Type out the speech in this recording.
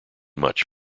much